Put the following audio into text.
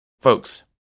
Folks